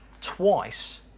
twice